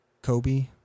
Kobe